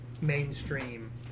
mainstream